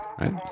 right